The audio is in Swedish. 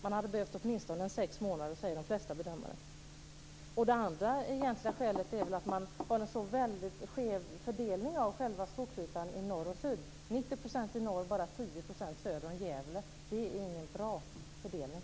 Man hade behövt åtminstone sex månader, säger de flesta bedömare. Det andra egentliga skälet är att man har en så väldigt skev fördelning av själva skogsytan i norr och syd: 90 % i norr och bara 10 % i söder om Gävle. Det är ingen bra fördelning.